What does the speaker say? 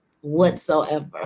whatsoever